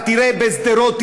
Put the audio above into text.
אתה תראה בשדרות,